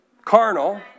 carnal